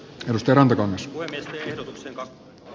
rantakangas ehdotuksena